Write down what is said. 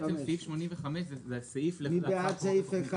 85(2) אושר מי בעד סעיף 3?